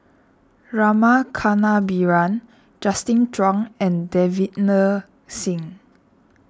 Rama Kannabiran Justin Zhuang and Davinder Singh